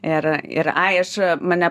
ir ir ai aš mane